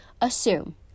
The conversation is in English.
assume